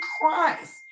Christ